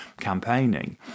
campaigning